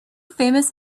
famous